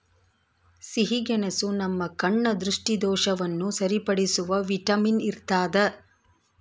ಸಿಹಿಗೆಣಸು ನಮ್ಮ ಕಣ್ಣ ದೃಷ್ಟಿದೋಷವನ್ನು ಸರಿಪಡಿಸುವ ವಿಟಮಿನ್ ಇರ್ತಾದ